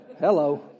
Hello